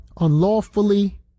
unlawfully